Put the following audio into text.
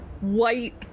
white